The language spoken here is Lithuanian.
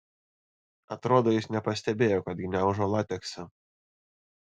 atrodo jis nepastebėjo kad gniaužo lateksą